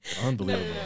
unbelievable